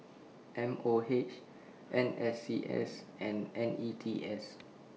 M O H N S C S and N E T S